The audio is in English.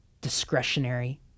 discretionary